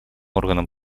органом